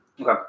Okay